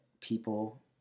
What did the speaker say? people